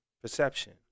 perception